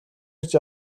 ирж